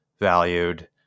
valued